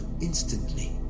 instantly